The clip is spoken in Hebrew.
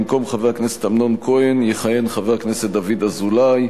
במקום חבר הכנסת אמנון כהן יכהן חבר הכנסת דוד אזולאי.